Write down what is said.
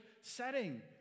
setting